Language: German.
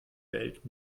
welt